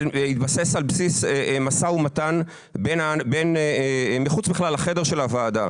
התבסס על משא ומתן מחוץ לחדר הוועדה.